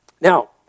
Now